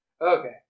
Okay